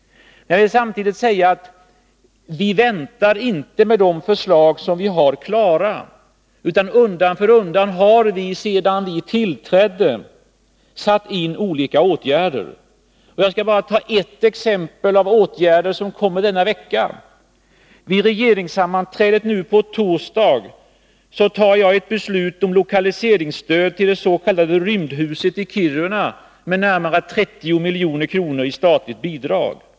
Jag vill samtidigt säga att vi inte väntar med de förslag som vi har klara. Undan för undan har vi, sedan vi tillträdde, satt in olika åtgärder. Här skall jag bara ta ett exempel på åtgärder som kommer denna vecka. Vid regeringssammanträdet nu på torsdag tas ett beslut om lokaliseringsstöd till det s.k. rymdhuset i Kiruna med närmare 30 milj.kr. i statligt bidrag.